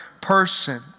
person